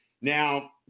Now